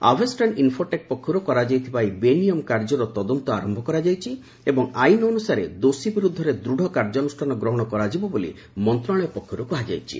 Avestran Infotech ପକ୍ଷରୁ କରାଯାଇଥିବା ଏହି ବେନିୟମ କାର୍ଯ୍ୟର ତଦନ୍ତ ଆରମ୍ଭ କରାଯାଇଛି ଏବଂ ଆଇନ ଅନୁସାରେ ଦୋଷୀ ବିରୁଦ୍ଧରେ ଦୂଢ଼ କାର୍ଯ୍ୟାନୁଷ୍ଠାନ ଗ୍ରହଣ କରାଯିବ ବୋଲି ମନ୍ତ୍ରଣାଳୟ ପକ୍ଷରୁ କୁହାଯାଇଛି